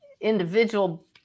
individual